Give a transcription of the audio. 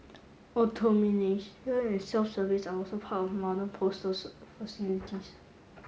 and self service are also part of modern postal facilities